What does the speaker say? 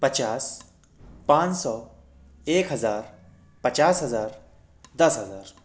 पचास पाँच सौ एक हज़ार पचास हज़ार दस हज़ार